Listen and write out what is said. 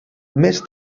més